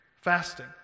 fasting